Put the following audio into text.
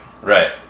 right